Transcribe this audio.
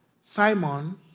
Simon